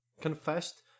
confessed